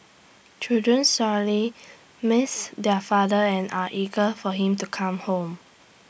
children sorely miss their father and are eager for him to come home